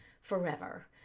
forever